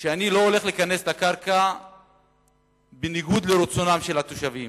אני לא הולך להיכנס לקרקע בניגוד לרצונם של התושבים.